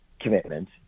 commitment